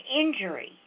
injury